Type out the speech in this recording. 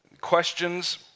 questions